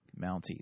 Mounties